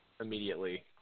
immediately